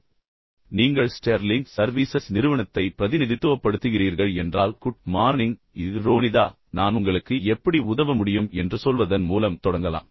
எனவே எடுத்துக்காட்டாக நீங்கள் ஸ்டெர்லிங் சர்வீசஸ் நிறுவனத்தை பிரதிநிதித்துவப்படுத்துகிறீர்கள் என்றால் குட் மார்னிங் இது ரோனிதா நான் உங்களுக்கு எப்படி உதவ முடியும் என்று சொல்வதன் மூலம் தொடங்கலாம்